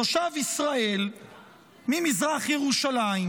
תושב ישראל ממזרח ירושלים,